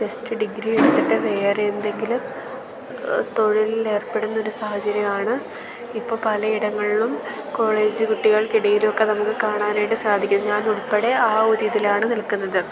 just degree എടുത്തിട്ട് വേറെ എന്തെങ്കിലും തൊഴിലിൽ ഏർപ്പെടുന്ന ഒരു സാഹചര്യമാണ് ഇപ്പം പല ഇടങ്ങളിലും കോളേജ് കുട്ടികൾക്ക് ഇടയിലും ഒക്കെ നമുക്ക് കാണാനായിട്ട് സാധിക്കും ഞാൻ ഉൾപ്പെടെ ആ ഒരു ഇതിലാണ് നിൽക്കുന്നത്